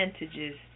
advantages